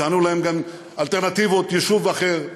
גם הצענו להם אלטרנטיבות, יישוב אחר.